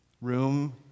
room